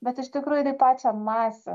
bet iš tikrųjų tai pačią masę